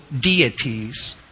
deities